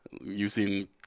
using